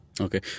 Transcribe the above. Okay